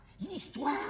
l'histoire